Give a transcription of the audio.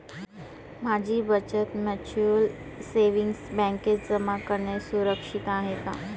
माझी बचत mutual savings बँकेत जमा करणे सुरक्षित आहे का